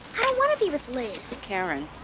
want to be with liz. karen,